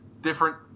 different